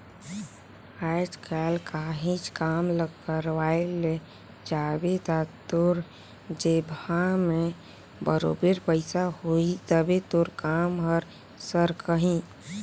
आएज काएल काहींच काम ल करवाए ले जाबे ता तोर जेबहा में बरोबेर पइसा होही तबे तोर काम हर सरकही